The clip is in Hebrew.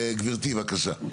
גבירתי, בבקשה.